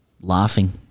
laughing